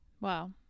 wow